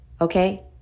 okay